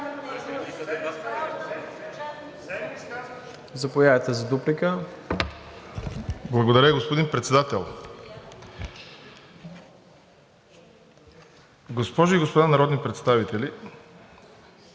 Благодаря, господин Председател. Госпожи и господа народни представители,